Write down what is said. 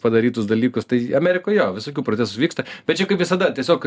padarytus dalykus tai amerikoj jo visokių protestų vyksta bet čia kaip visada tiesiog